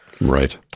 Right